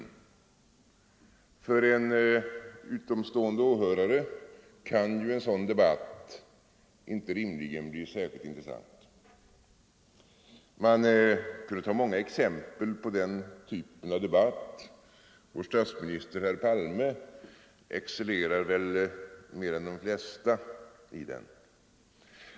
För en utomstående åhörare kan ju en sådan debatt inte rimligen bli särskilt intressant. Man kunde ta många exempel på den typen av debatt. Vår statsminister, herr Palme, excellerar väl mer än de flesta i den.